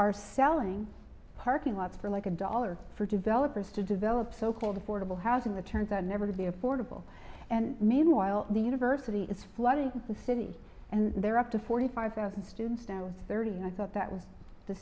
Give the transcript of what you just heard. are selling parking lot for like a dollar for developers to develop so called affordable housing the turns out never to be affordable and meanwhile the university is flooding the city and there are up to forty five thousand students now thirty and i thought that was the